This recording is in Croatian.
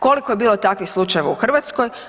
Koliko je bilo takvih slučajeva u Hrvatskoj?